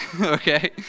okay